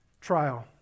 trial